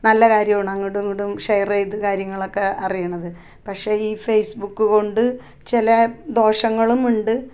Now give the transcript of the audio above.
നല്ല കാര്യവാണ് അങ്ങോട്ടും ഇങ്ങോട്ടും ഷെയർ ചെയ്ത കാര്യങ്ങളക്കെ അറിയണത് പക്ഷേ ഈ ഫേസ്ബുക്ക് കൊണ്ട് ചില ദോഷങ്ങളുമുണ്ട്